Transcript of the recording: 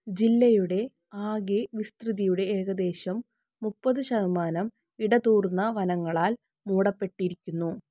ജില്ലയുടെ ആകെ വിസ്തൃതിയുടെ ഏകദേശം മുപ്പത് ശതമാനം ഇടതൂർന്ന വനങ്ങളാൽ മൂടപ്പെട്ടിരിക്കുന്നു